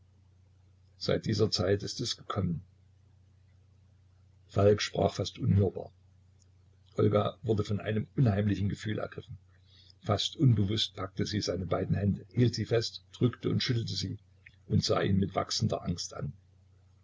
seit dieser zeit ist es gekommen falk sprach fast unhörbar olga wurde von einem unheimlichen gefühl ergriffen fast unbewußt packte sie seine beiden hände hielt sie fest drückte und schüttelte sie und sah ihn mit wachsender angst an